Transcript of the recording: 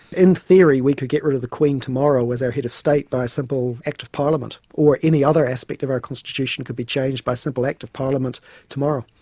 in theory, we could get rid of the queen tomorrow as our head of state, by a simple act of parliament, or any other aspect of our constitution could be changed by simple act of parliament tomorrow.